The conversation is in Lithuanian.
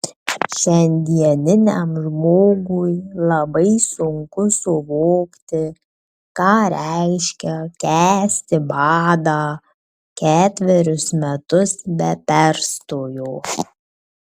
šiandieniam žmogui labai sunku suvokti ką reiškia kęsti badą ketverius metus be perstojo